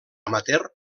amateur